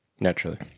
naturally